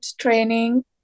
training